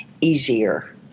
easier